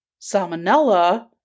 salmonella